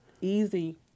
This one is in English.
easy